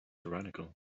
tyrannical